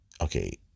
okay